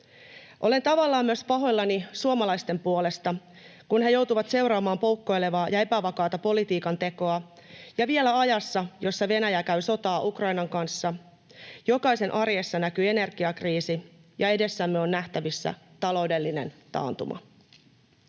Olen tavallaan myös pahoillani suomalaisten puolesta, kun he joutuvat seuraamaan poukkoilevaa ja epävakaata politiikantekoa ja vielä ajassa, jossa Venäjä käy sotaa Ukrainan kanssa, jokaisen arjessa näkyy energiakriisi ja edessämme on nähtävissä taloudellinen taantuma.